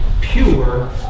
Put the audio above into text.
pure